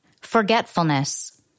Forgetfulness